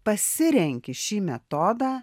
pasirenki šį metodą